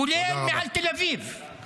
כולל מעל תל אביב -- תודה רבה.